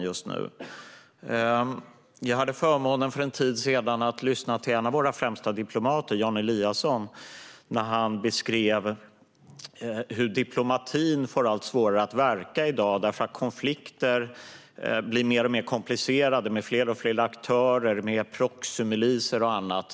Jag hade för en tid sedan förmånen att lyssna till en av våra främsta diplomater, Jan Eliasson, när han beskrev hur diplomatin får allt svårare att verka i dag därför att konflikter blir mer och mer komplicerade med fler och fler aktörer, proxymiliser och så vidare.